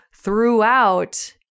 throughout